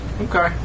Okay